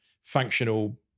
functional